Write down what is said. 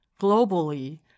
globally